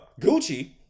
Gucci